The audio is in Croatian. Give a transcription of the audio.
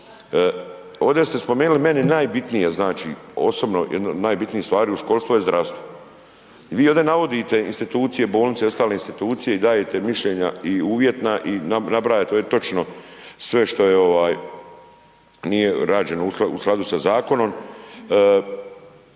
Ovdje ste spomenuli meni najbitnije, znači, osobno jedna od najbitnijih stvari u školstvu je zdravstvo. I vi ovdje navodite institucije, bolnice i ostale institucije i dajete mišljenja i uvjetna i nabrajate, ove točno sve što nije rađeno u skladu sa zakonom.